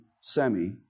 semi